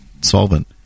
solvent